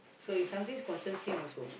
so is something concerns him also